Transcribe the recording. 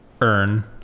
earn